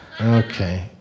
Okay